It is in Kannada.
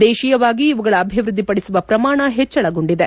ದೇಶೀಯವಾಗಿ ಇವುಗಳ ಅಭಿವ್ಯದ್ದಿ ಪಡಿಸುವ ಪ್ರಮಾಣ ಹೆಜ್ವಳಗೊಂಡಿದೆ